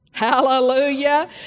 Hallelujah